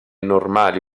normali